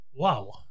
wow